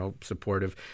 supportive